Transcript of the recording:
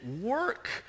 work